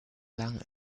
lang